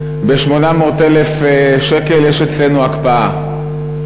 ב-800,000 שקל יש אצלנו הקפאה.